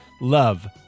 Love